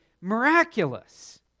miraculous